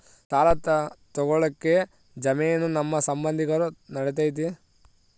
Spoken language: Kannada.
ಸಾಲ ತೊಗೋಳಕ್ಕೆ ಜಾಮೇನು ನಮ್ಮ ಸಂಬಂಧಿಕರು ನಡಿತೈತಿ?